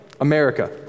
America